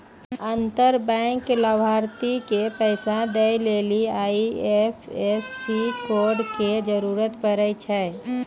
अंतर बैंक लाभार्थी के पैसा दै लेली आई.एफ.एस.सी कोड के जरूरत पड़ै छै